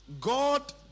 God